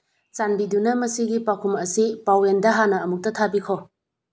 ꯆꯥꯟꯕꯤꯗꯨꯅ ꯃꯁꯤꯒꯤ ꯄꯥꯎꯈꯨꯝ ꯑꯁꯤ ꯄꯥꯋꯦꯜꯗ ꯍꯥꯟꯅ ꯑꯃꯨꯛꯇ ꯊꯥꯕꯤꯈꯣ